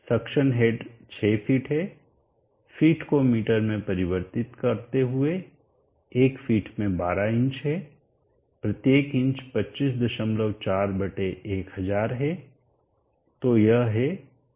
suction head 6 feet है feet को metre में परिवर्तित करते हुए 1 फीट में 12 इंच है प्रत्येक इंच 254 1000 है